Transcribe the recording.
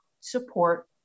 support